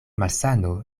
malsano